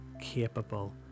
capable